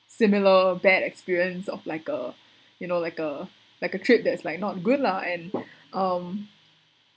similar bad experience of like uh you know like a like a trait that is like not good lah and um